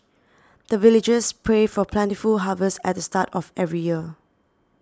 the villagers pray for plentiful harvest at the start of every year